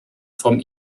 vom